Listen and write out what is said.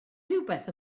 rhywbeth